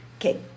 okay